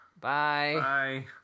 Bye